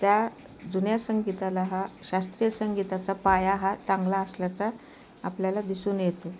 त्या जुन्या संगीताला हा शास्त्रीय संगीताचा पाया हा चांगला असल्याचा आपल्याला दिसून येते